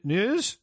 News